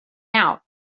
out